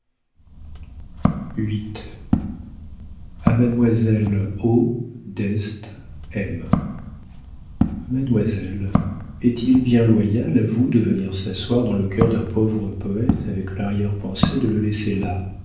a mademoiselle o deste m mademoiselle est-il bien loyal à vous de venir s'asseoir dans le cœur d'un pauvre poëte avec l'arrière-pensée de le laisser là